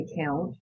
account